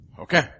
Okay